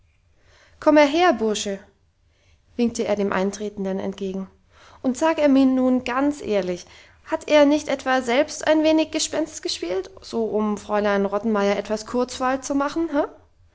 komm er her bursche winkte er dem eintretenden entgegen und sag er mir nun ganz ehrlich hat er nicht etwa selbst ein wenig gespenst gespielt so um fräulein rottenmeier etwas kurzweil zu machen